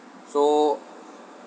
so